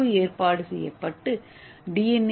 ஓடு ஏற்பாடு செய்யப்பட்டு டி